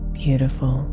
beautiful